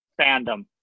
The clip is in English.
fandom